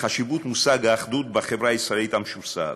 לחשיבות מושג האחדות בחברה הישראלית המשוסעת.